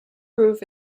roof